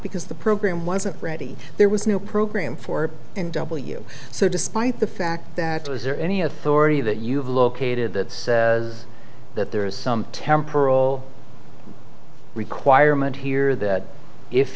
because the program wasn't ready there was no program for n w so despite the fact that was there any authority that you've located that says that there is some temporal requirement here that if